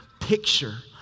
picture